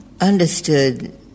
understood